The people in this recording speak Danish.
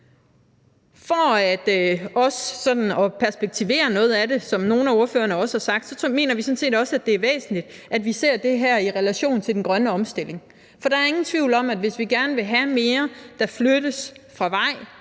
at perspektivere noget af det, som nogle af ordførerne også har sagt, så mener vi sådan set også, at det er væsentligt, at vi ser det her i relation til den grønne omstilling. For der er ingen tvivl om, at hvis vi gerne vil have mere, der flyttes fra vej